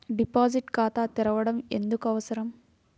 Deposit ఖాతా తెరవడం ఎందుకు అవసరం?